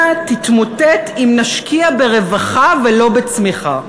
תתמוטט אם נשקיע ברווחה ולא בצמיחה.